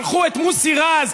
שלחו את מוסי רז?